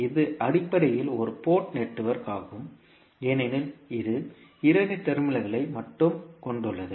இது அடிப்படையில் ஒரு போர்ட் நெட்வொர்க் ஆகும் ஏனெனில் இது இரண்டு டெர்மினல்களை மட்டுமே கொண்டுள்ளது